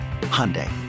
Hyundai